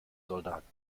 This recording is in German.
soldaten